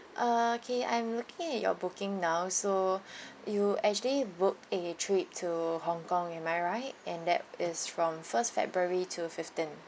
okay I'm looking at your booking now so you actually booked a trip to hong kong am I right and that is from first february to fifteen